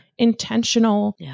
intentional